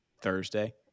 Thursday